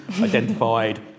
identified